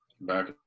back